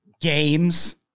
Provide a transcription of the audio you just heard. games